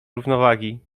równowagi